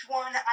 one